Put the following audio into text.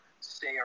stay